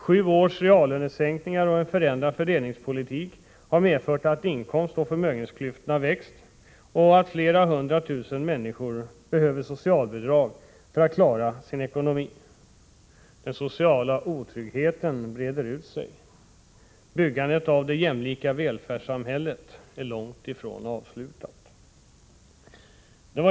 Sju års reallönesänkningar och en förändrad fördelningspolitik har medfört att inkomstoch förmögenhetsklyftorna växt och att flera hundra tusen människor behöver socialbidrag för att klara sin ekonomi. Den sociala otryggheten breder ut sig. Byggandet av det jämlika välfärdssamhället är långt ifrån avslutat.